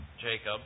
Jacob